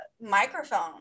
microphone